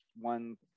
one